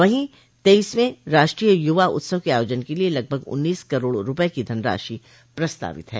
वहीं तेईसवें राष्ट्रीय युवा उत्सव के आयोजन के लिये लगभग उन्नीस करोड़ रूपये की धनराशि प्रस्तावित है